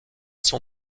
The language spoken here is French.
son